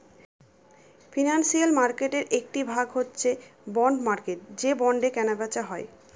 financial মার্কেটের একটি ভাগ হচ্ছে বন্ড মার্কেট যে বন্ডে কেনা বেচা হয়